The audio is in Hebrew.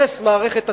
הרס מערכת התכנון,